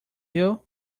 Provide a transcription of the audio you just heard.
you